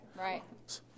Right